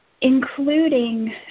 including